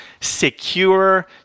secure